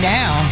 now